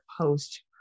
post